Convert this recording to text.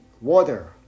water